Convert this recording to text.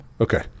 Okay